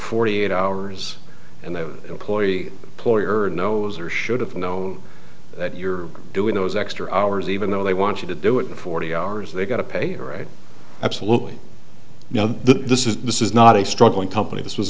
forty eight hours and the employee employer knows or should have know that you're doing those extra hours even though they want you to do it in forty hours they got to pay right absolutely now this is this is not a struggling company this was